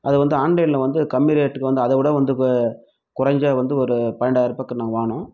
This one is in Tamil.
அதை வந்து ஆன்லைன்ல வந்த கம்மி ரேட்டுக்கு வந்து அதைவிட வந்து குறைந்த வந்து ஒரு பன்னெண்டாயரூபாய்க்கு நான் வாங்கினோம்